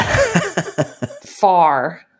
far